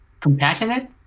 compassionate